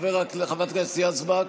חברת הכנסת יזבק,